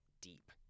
deep